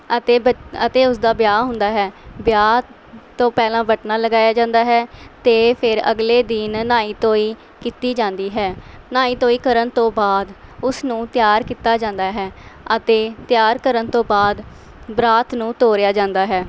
ਅਤੇ ਬ ਅਤੇ ਉਸਦਾ ਵਿਆਹ ਹੁੰਦਾ ਹੈ ਵਿਆਹ ਤੋਂ ਪਹਿਲਾਂ ਬਟਨਾ ਲਗਾਇਆ ਜਾਂਦਾ ਹੈ ਅਤੇ ਫਿਰ ਅਗਲੇ ਦਿਨ ਨਹਾਈ ਧੋਈ ਕੀਤੀ ਜਾਂਦੀ ਹੈ ਨਹਾਈ ਧੋਈ ਕਰਨ ਤੋਂ ਬਾਅਦ ਉਸ ਨੂੰ ਤਿਆਰ ਕੀਤਾ ਜਾਂਦਾ ਹੈ ਅਤੇ ਤਿਆਰ ਕਰਨ ਤੋਂ ਬਾਅਦ ਬਰਾਤ ਨੂੰ ਤੋਰਿਆ ਜਾਂਦਾ ਹੈ